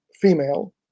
female